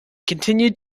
continued